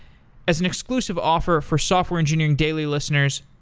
as an exclusive offer for software engineering daily listeners,